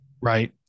right